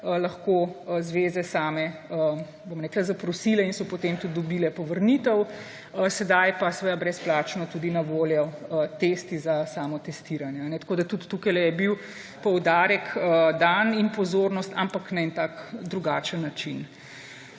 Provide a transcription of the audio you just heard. lahko zveze same zaprosile in so potem tudi dobile povrnitev. Sedaj pa so seveda brezplačno tudi na voljo testi za samotestiranje. Tudi tukaj je bil poudarek dan in pozornost, ampak na en tak drugačen način.